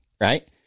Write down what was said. right